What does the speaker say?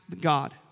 God